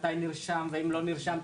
מתי נרשם ואם לא נרשם,